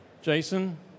Jason